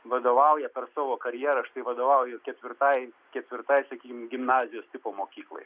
vadovauja per savo karjerą štai vadovauju ketvirtai ketvirtai sakykim gimnazijos tipo mokyklai